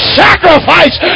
sacrifice